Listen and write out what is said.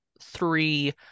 three